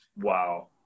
Wow